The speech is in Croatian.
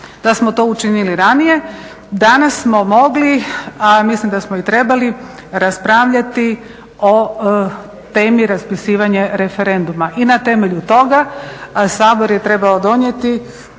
Da smo to učinili ranije, danas smo mogli a mislim da smo i trebali raspravljati o temi raspisivanje referenduma. I na temelju toga Sabor je trebao donijeti